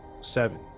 seven